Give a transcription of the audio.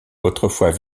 autrefois